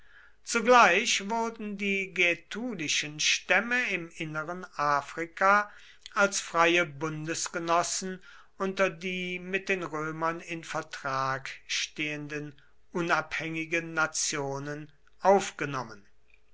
zugleich wurden die gätulischen stämme im inneren afrika als freie bundesgenossen unter die mit den römern in vertrag stehenden unabhängigen nationen aufgenommen